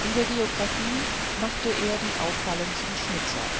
in der geographie machte er die auffallendsten schnitzer